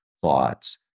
thoughts